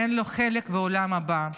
אין לו חלק בעולם הבא,